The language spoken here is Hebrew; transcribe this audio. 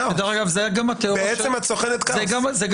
אם יש לו אפוטרופוס אז די בזה בסיטואציה של ההורשה